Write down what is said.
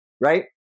right